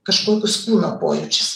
kažkokius kūno pojūčius